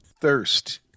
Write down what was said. thirst